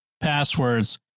passwords